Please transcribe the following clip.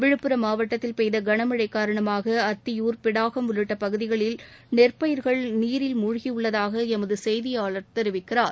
விழுப்புரம் மாவட்டத்தில் பெய்த கனமழை காரணமாக அத்தியூர் பிடாகம் உள்ளிட்ட பகுதிகளில் நெற்பயிர்கள் நீரில் மூழ்கியுள்ளதாக எமது செய்தியாளர் தெரிவிக்கிறார்